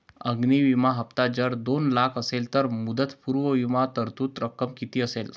अग्नि विमा हफ्ता जर दोन लाख असेल तर मुदतपूर्व विमा तरतूद रक्कम किती असेल?